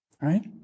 right